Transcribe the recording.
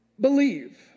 believe